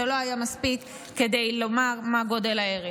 זה לא היה מספיק כדי לומר מה גודל ההרס.